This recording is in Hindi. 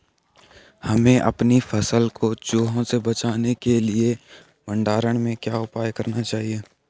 हमें अपनी फसल को चूहों से बचाने के लिए भंडारण में क्या उपाय करने चाहिए?